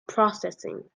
processing